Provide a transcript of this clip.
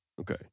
Okay